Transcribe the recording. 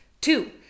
Two